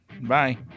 Bye